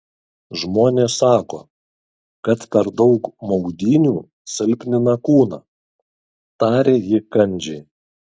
žmonės sako kad per daug maudynių silpnina kūną tarė ji kandžiai